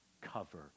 cover